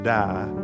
die